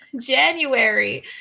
January